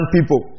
people